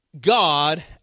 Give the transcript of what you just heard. God